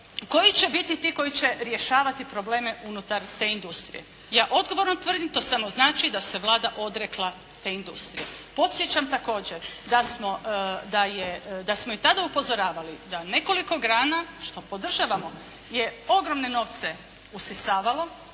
koji će biti ti koji će rješavati probleme unutar te industrije. Ja odgovorno tvrdim to samo znači da se Vlada odrekla te industrije. Podsjećam također da smo i tada upozoravali da nekoliko grana što podržavamo je ogromne novce usisavalo,